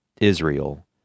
Israel